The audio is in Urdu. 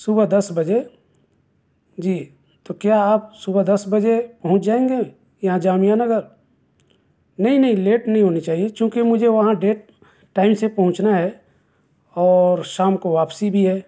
صبح دس بجے جی تو کیا آپ صبح دس بجے پہنچ جائیں گے یہاں جامعہ نگر نہیں نہیں لیٹ نہیں ہونی چاہیے چونکہ مجھے وہاں ڈیٹ ٹائم سے پہنچنا ہے اور شام کو واپسی بھی ہے